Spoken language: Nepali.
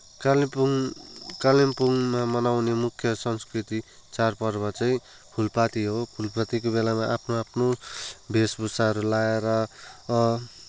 कालिम्पोङ कालिम्पोङमा मनाउने मुख्य संस्कृति चाडपर्व चाहिँ फुलपाती हो फूलपातीको बेलामा आफ्नो आफ्नो वेषभूषाहरू लगाएर